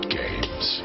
games